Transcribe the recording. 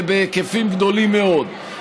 ובהיקפים גדולים מאוד.